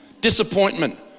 Disappointment